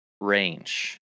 range